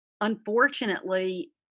Unfortunately